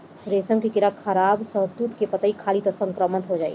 रेशम के कीड़ा खराब शहतूत के पतइ खाली त संक्रमित हो जाई